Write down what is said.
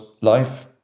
life